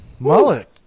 Mullet